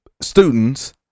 students